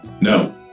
No